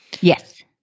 Yes